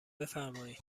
بفرمایید